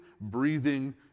breathing